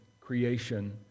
creation